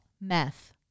Meth